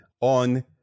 on